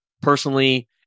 personally